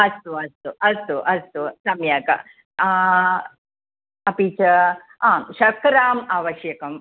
अस्तु अस्तु अस्तु अस्तु सम्यक् अपि च आं शर्करा आवश्यकी